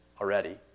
already